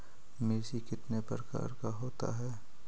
मिर्ची कितने प्रकार का होता है?